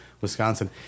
Wisconsin